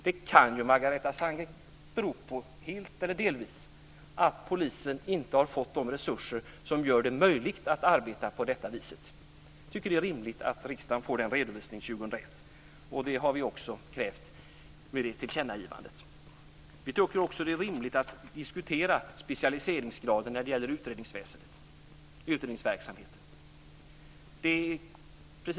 Det kan ju, Margareta Sandgren, helt eller delvis bero på att polisen inte har fått de resurser som gör det möjligt att arbeta på detta vis. Jag tycker att det är rimligt att riksdagen får en redovisning 2001, och det har vi också krävt i vårt tillkännagivande. Vi tycker också att det är rimligt att diskutera specialiseringsgraden i utredningsverksamheten.